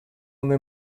una